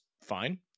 fine